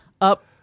up